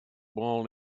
ball